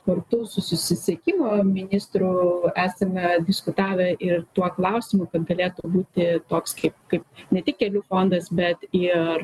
kartu su susisiekimo ministru esame diskutavę ir tuo klausimu kad galėtų būti toks kaip kaip ne tik kelių fondas bet ir